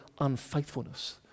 unfaithfulness